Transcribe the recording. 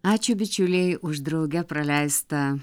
ačiū bičiuliai už drauge praleistą